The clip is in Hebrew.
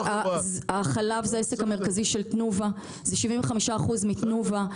החלב זה העסק המרכזי של תנובה, זה 75% מתנובה.